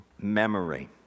memory